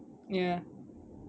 ya